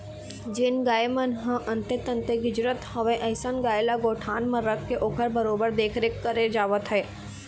जेन गाय मन ह अंते तंते गिजरत हवय अइसन गाय ल गौठान म रखके ओखर बरोबर देखरेख करे जावत हे